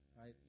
right